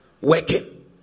Working